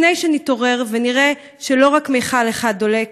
לפני שנתעורר ונראה שלא רק מכל אחד דולק.